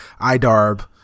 iDarb